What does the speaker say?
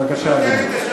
בבקשה, אדוני.